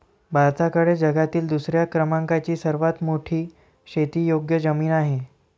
भारताकडे जगातील दुसऱ्या क्रमांकाची सर्वात मोठी शेतीयोग्य जमीन आहे